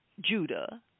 Judah